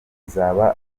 bizaba